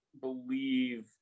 believe